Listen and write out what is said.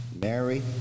Mary